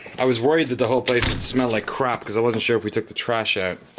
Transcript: i was worried that the whole place would smell like crap cause i wasn't sure if we took the trash out,